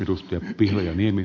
arvoisa puhemies